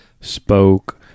Spoke